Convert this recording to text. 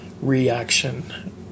reaction